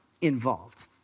involved